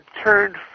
turned